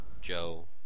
Joe